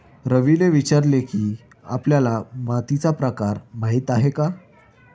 रवीने विचारले की, आपल्याला मातीचा प्रकार माहीत आहे का?